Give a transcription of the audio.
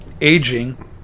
aging